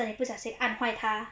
或者你不小心按坏她